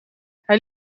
hij